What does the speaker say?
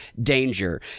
danger